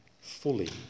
fully